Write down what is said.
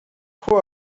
who